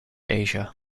asia